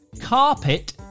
Carpet